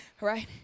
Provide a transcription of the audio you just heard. right